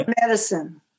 medicine